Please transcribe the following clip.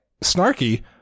snarky